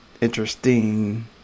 interesting